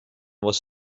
was